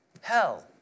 hell